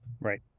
right